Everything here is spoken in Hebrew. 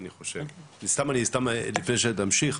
אני חושב לפני שנמשיך,